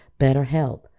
BetterHelp